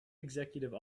executive